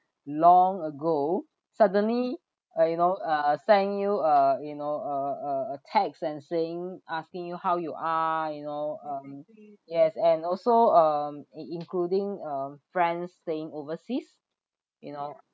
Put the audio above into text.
long ago suddenly uh you know uh send you uh you know uh a text and saying asking you how you are you know um yes and also um in~ including um friends staying overseas you know